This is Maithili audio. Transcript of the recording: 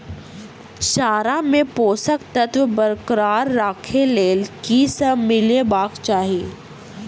चारा मे पोसक तत्व बरकरार राखै लेल की सब मिलेबाक चाहि?